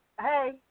Hey